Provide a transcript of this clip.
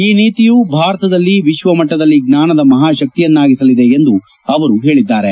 ಈ ನೀತಿಯು ಭಾರತವನ್ನು ವಿಶ್ವ ಮಟ್ವದಲ್ಲಿ ಜ್ಞಾನದ ಮಹಾಶಕ್ತಿಯಾಗಿಸಲಿದೆ ಎಂದು ಅವರು ಹೇಳಿದ್ದಾರೆ